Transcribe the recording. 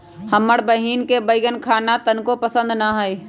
हमर बहिन के बईगन खाना तनको पसंद न हई